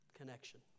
Connection